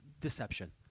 deception